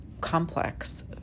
complex